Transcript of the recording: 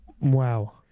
Wow